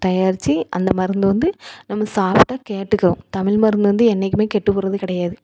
தயாரித்து அந்த மருந்து வந்து நம்ம சாப்பிட்டா கேட்டுக்கும் தமிழ் மருந்து வந்து என்றைக்குமே கெட்டுப் போகிறது கிடையாது